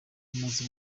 bimaze